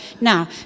Now